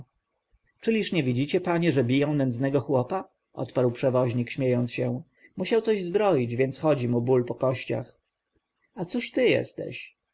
czyliż nie widzicie panie że biją nędznego chłopa odparł przewoźnik śmiejąc się musiał coś zbroić więc chodzi mu ból po kościach a cóż ty jesteś